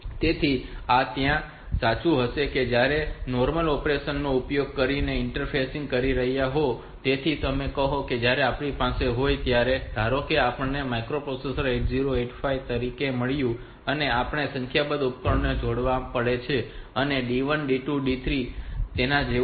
તેથી આ ત્યારે સાચું હશે કે જ્યારે આપણે નોર્મલ ઓપરેશન નો ઉપયોગ કરીને ઇન્ટરફેસિંગ કરી રહ્યા હોઈએ તેથી કહો કે જ્યારે આપણી પાસે આ હોય ત્યારે ધારો કે આપણને આ માઇક્રોપ્રોસેસર 8085 તરીકે મળ્યું છે અને આપણે સંખ્યાબંધ ઉપકરણોને જોડવા પડે છે તો આ D1 D2 D3 તેના જેવું છે